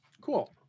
Cool